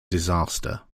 disaster